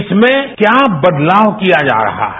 इसमें क्या बदलाव किया जा रहा है